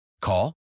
Call